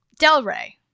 Delray